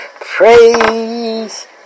Praise